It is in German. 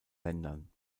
ländern